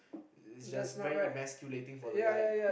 it's just very inoculating for that guy